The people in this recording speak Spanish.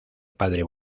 padre